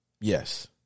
Yes